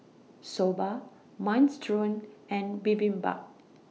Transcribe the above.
Soba Minestrone and Bibimbap